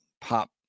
pop